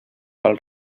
pel